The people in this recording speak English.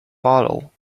bottle